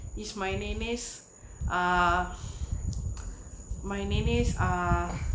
is my name is ah my name is ah